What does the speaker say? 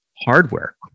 hardware